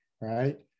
right